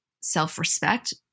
self-respect